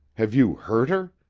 have you hurt her?